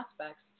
aspects